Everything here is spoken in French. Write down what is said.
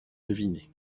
deviner